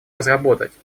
разработать